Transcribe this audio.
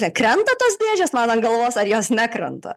čia krenta tos dėžės mano galvos ar jos nekrenta